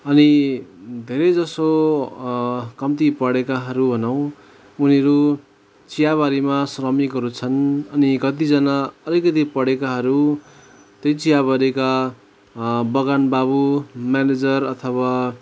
अनि धेरैजसो कम्ती पढेकाहरू भनौँ उनीहरू चियाबारीमा श्रमिकहरू छन् अनि कतिजना अलिकति पढेकाहरू त्यही चियाबारीका बगान बाबु म्यानेजर अथवा